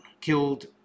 killed